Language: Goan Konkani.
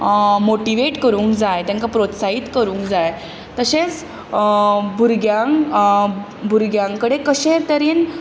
मोटीवेट करूंक जाय तांकां प्रोत्साहीत करूंक जाय तशेंच भुरग्यांक भुरग्यां कडेन कशे तरेन